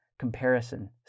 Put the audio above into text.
comparison